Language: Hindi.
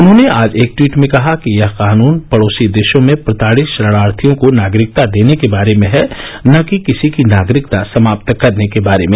उन्होंने आज एक टवीट में कहा कि यह कान्न पडोसी देशों में प्रताड़ित शरणार्थियों को नागरिकता देने के बारे में है न कि किसी की नागरिकता समाप्त करने के बारे में